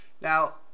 Now